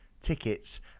tickets